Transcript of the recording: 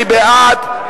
מי בעד,